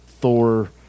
Thor